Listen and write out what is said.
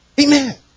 Amen